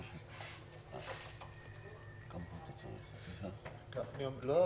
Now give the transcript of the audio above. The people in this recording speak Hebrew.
--- משהו באופוזיציה לא עובד.